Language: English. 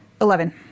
eleven